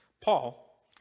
Paul